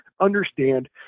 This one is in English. Understand